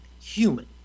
human